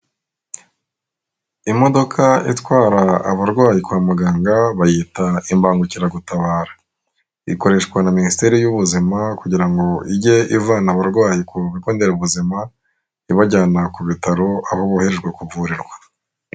Imodoka itwara abarwayi kwa muganga bayita imbangukiragutabara, ikoreshwa na minisiteri y'ubuzima kugira ngo ijye ivana abarwayi ku bigo nderabuzima ibajyana ku bitaro abo boherejwe kuvurirwa.